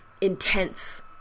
intense